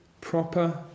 proper